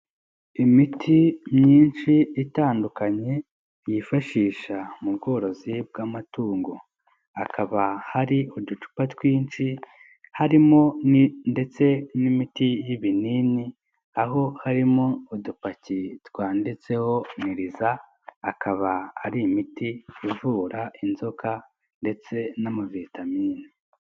Imiti myinshi itandukanye, bifashisha mu bworozi bw'amatungo, hakaba hari uducupa twinshi, harimo ndetse n'imiti y'ibinini, aho harimo udupaki twanditseho niriza, akaba ari imiti ivura inzoka ndetse n'ama vitamine.